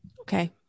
Okay